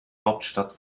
hauptstadt